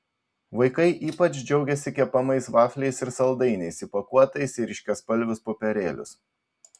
vaikai ypač džiaugėsi kepamais vafliais bei saldainiais įpakuotais į ryškiaspalvius popierėlius